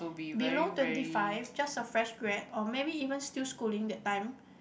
below twenty five just a fresh grad or maybe even still schooling that time